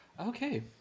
Okay